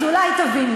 אז אולי תבין,